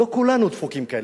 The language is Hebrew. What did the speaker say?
לא כולנו דפוקים כאלה.